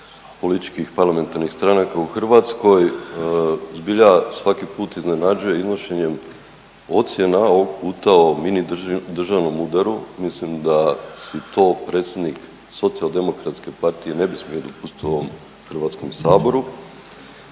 političkih parlamentarnih stranaka u Hrvatskoj zbilja svaki put iznenađuje iznošenjem ocjena ovog puta o mini državnom udaru. Mislim da to predsjednik Socijaldemokratske partije ne bi smio dopustiti u ovom Hrvatskom saboru,